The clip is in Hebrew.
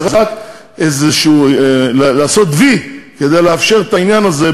זה רק לעשות "וי" כדי לאפשר את העניין הזה,